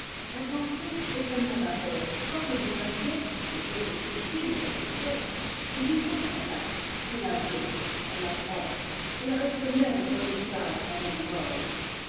la pensée est comme la vapeur quoi que vous fassiez et quelque subtile qu'elle puisse être il lui faut sa place elle la veut elle la prend elle reste même sur le visage d'un homme mort